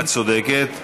את צודקת.